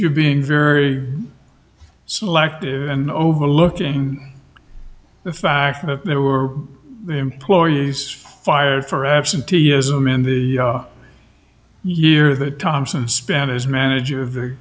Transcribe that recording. you're being very selective and overlooking the fact that there were employees fired for absenteeism in the year that thompson spent as manager of the